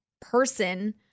person